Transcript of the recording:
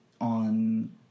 on